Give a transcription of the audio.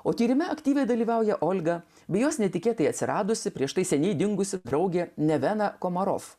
o tyrime aktyviai dalyvauja olga bei jos netikėtai atsiradusi prieš tai seniai dingusi draugė nevena komarof